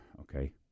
Okay